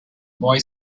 boy